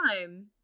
time